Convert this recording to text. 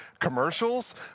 commercials